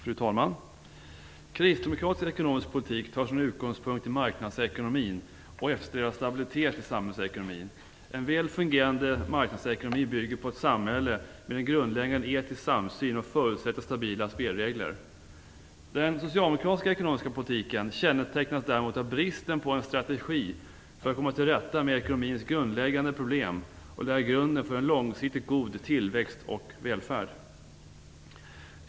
Fru talman! Kristdemokratisk ekonomisk politik tar sin utgångspunkt i marknadsekonomin och eftersträvar stabilitet i samhällsekonomin. En väl fungerande marknadsekonomi bygger på ett samhälle med en grundläggande etisk samsyn och förutsätter stabila spelregler. Den socialdemokratiska ekonomiska politiken kännetecknas däremot av bristen på en strategi för att komma till rätta med ekonomins grundläggande problem och lägga grunden för en långsiktigt god tillväxt och välfärd.